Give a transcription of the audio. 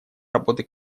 работы